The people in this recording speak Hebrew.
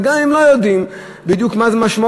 אבל גם אם לא יודעים בדיוק מה המשמעות,